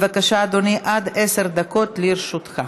בבקשה, אדוני, עד עשר דקות לרשותך.